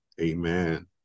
amen